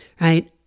right